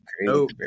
no